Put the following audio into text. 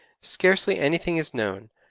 scarcely anything is known,